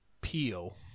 peel